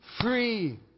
free